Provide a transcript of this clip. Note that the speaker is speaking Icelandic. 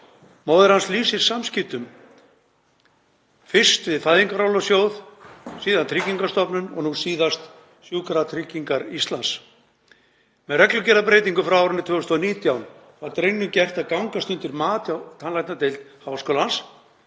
Móðir hans lýsir samskiptum, fyrst við Fæðingarorlofssjóð, síðan Tryggingastofnun og nú síðast Sjúkratryggingar Íslands. Með reglugerðarbreytingu frá árinu 2019 var drengnum gert að gangast undir mat hjá tannlæknadeild Háskólans